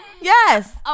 Yes